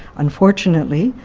unfortunately,